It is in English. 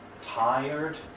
tired